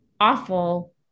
awful